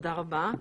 תודה רבה.